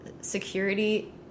security